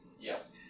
Yes